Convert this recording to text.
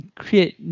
create